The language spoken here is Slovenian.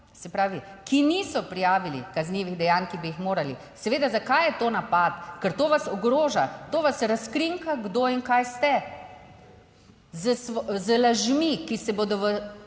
se pravi, ki niso prijavili kaznivih dejanj, ki bi jih morali. Seveda, zakaj je to napad? Ker to vas ogroža, to vas razkrinka, kdo in kaj ste. Z lažmi, ki se bodo